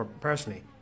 personally